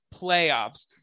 playoffs